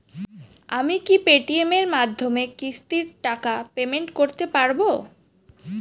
আমি কি Paytm এর মাধ্যমে কিস্তির টাকা পেমেন্ট করতে পারব?